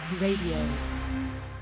Radio